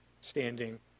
standing